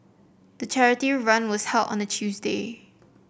the charity run was held on a Tuesday